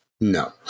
No